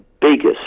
biggest